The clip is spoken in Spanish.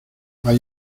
hay